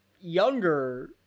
younger